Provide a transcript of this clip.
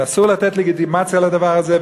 אסור לתת לגיטימציה לדבר הזה.